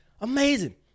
Amazing